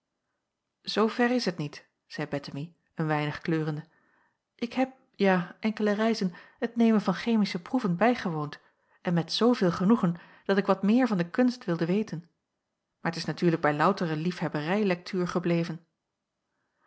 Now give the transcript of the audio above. zoo ver is het niet zeî bettemie een weinig kleurende ik heb ja enkele reizen het nemen van chemische proeven bijgewoond en met zoo veel genoegen dat ik wat meer van de kunst wilde weten maar t is natuurlijk bij loutere liefhebberij lektuur gebleven